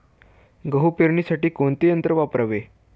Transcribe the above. गहू पेरणीसाठी कोणते यंत्र वापरावे?